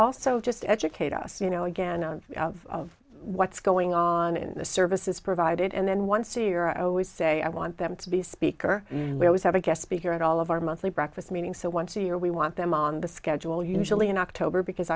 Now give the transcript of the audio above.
also just educate us you know again on of what's going on in the services provided and then once a year always say i want them to be speaker and we always have a guest speaker at all of our monthly breakfast meeting so once a year we want them on the schedule usually in october because